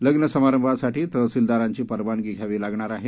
लग्नसमारंभासाठी तहसीलदारांची परवानगी घ्यावी लागणार आहे